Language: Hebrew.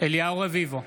אליהו רביבו,